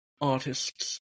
artists